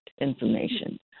information